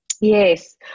Yes